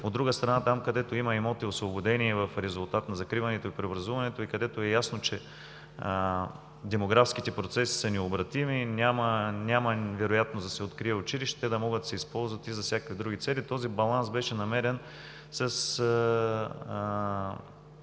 от друга страна – там, където има имоти, освободени в резултат на закриването и преобразуването, и където е ясно, че демографските процеси са необратими и няма вероятност да се открие училище, да могат да се използват и за всякакви други цели. Този баланс беше намерен с